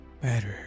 better